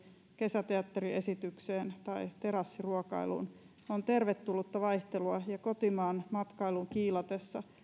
kesäteatteriesitykseen tai terassiruokailuun on tervetullutta vaihtelua ja kotimaan matkailun kiilatessa